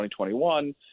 2021